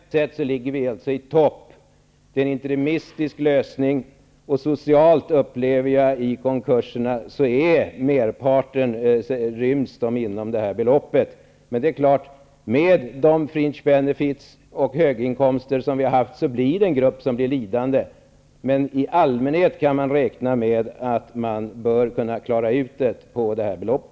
Fru talman! Jag hänvisar till vad jag tidigare sagt. Internationellt sett ligger vi alltså i topp. Det är en interimistisk lösning, och socialt upplever jag att merparten av konkurserna ryms inom nämnda beloppsram. Med de ''fringe benefits'' och de höginkomster som finns blir det självfallet en grupp som blir lidande. I allmänhet kan man dock räkna med att det bör gå att klara det hela med nämnda belopp.